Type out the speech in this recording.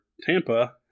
Tampa